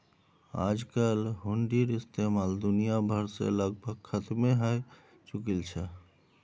आजकल हुंडीर इस्तेमाल दुनिया भर से लगभग खत्मे हय चुकील छ